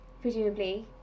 presumably